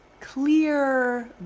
clear